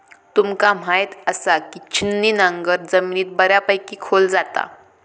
तुमका म्हायत आसा, की छिन्नी नांगर जमिनीत बऱ्यापैकी खोल जाता